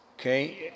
Okay